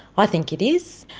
i think it is.